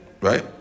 right